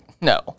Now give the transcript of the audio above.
no